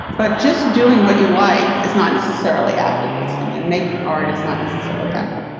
but just doing what you like is not necessarily activism. and making art is not necessarily active.